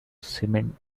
cement